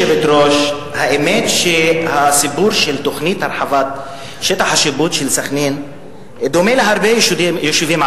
עלתה ההצעה של שינוי פקטור,